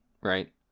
right